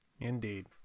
Indeed